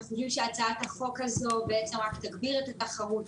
אנחנו חושבים שהצעת החוק הזו תגביר את התחרות